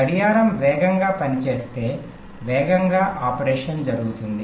గడియారం వేగంగా పని చేస్తే వేగంగా ఆపరేషన్ జరుపుతుంది